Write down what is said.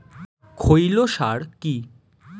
খৈল সার কি?